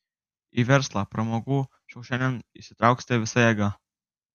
į verslą pramogų šou šiandien įsitrauksite visa jėga